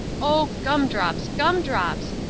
oh, gum-drops, gum-drops!